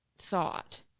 Thought